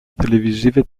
televisive